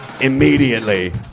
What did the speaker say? Immediately